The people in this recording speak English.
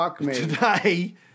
today –